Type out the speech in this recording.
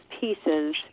pieces